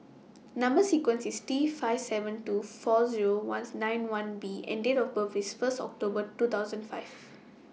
Number sequence IS T five seven two four Zero Ones nine B and Date of birth IS First October two thousand five